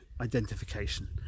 identification